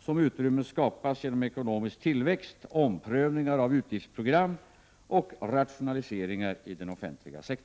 som utrymme skapas genom ekonomisk tillväxt, omprövningar av utgiftsprogram och rationaliseringar i den offentliga sektorn.